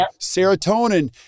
serotonin